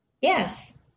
Yes